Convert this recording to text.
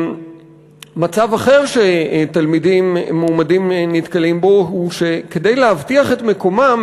מצב אחר שתלמידים מועמדים נתקלים בו הוא שכדי להבטיח את מקומם,